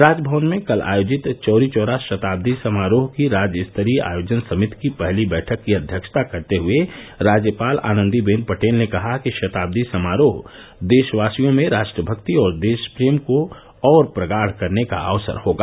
राजभवन में कल आयोजित चौरीचौरा शताब्दी समारोह की राज्य स्तरीय आयोजन समिति की पहली बैठक की अध्यक्षता करते हुए राज्यपाल आनन्दी बेन पटेल ने कहा कि शताब्दी समारोह देशवासियों में राष्ट्रमक्ति और देशप्रेम को और प्रगाढ़ करने का अवसर होगा